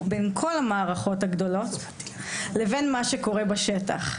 בין כל המערכות הגדולות לבין מה שקורה בשטח.